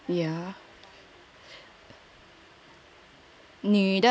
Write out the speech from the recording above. yeah